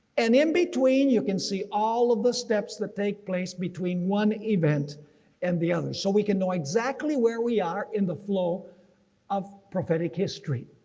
and in between, you can see all of the steps that take place between one event and the other so we can know exactly where we are in the flow of prophetic history.